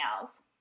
else